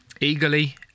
eagerly